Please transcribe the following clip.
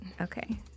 Okay